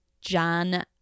John